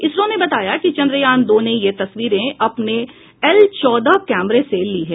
इसरो ने बताया है कि चंद्रयान दो ने ये तस्वीरें अपने एल चौदह कैमरे से ली हैं